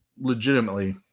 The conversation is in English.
legitimately